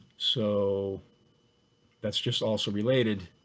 so that's just also related.